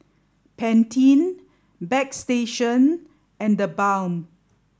Pantene Bagstationz and TheBalm